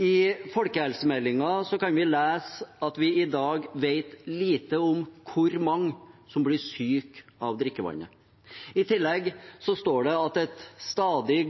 I folkehelsemeldingen kan vi lese at vi i dag vet lite om hvor mange som blir syke av drikkevannet. I tillegg står det at et stadig